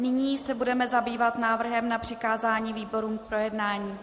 Nyní se budeme zabývat návrhem na přikázání výborům k projednání.